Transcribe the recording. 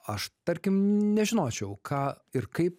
aš tarkim nežinočiau ką ir kaip